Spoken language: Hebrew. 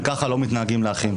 אבל ככה לא מתנהגים לאחים,